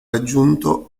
raggiunto